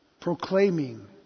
proclaiming